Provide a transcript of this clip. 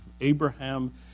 Abraham